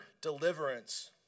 deliverance